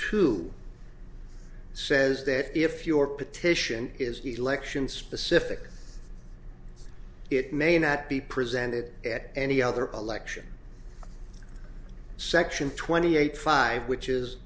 two says that if your petition is election specific it may not be presented at any other election section twenty eight five which is